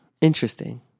interesting